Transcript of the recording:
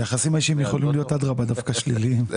זה